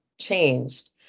changed